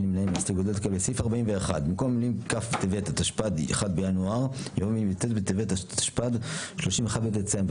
מי בעד הסתייגות 16?